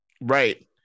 right